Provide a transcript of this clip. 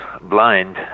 blind